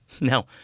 Now